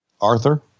Arthur